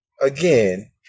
again